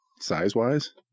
size-wise